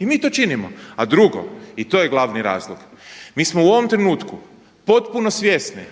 I mi to činimo. A drugo i to je glavni razlog, mi smo u ovom trenutku potpuno svjesni